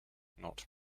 not